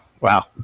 wow